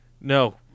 No